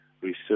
Research